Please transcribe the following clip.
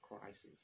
crisis